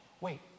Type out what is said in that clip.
wait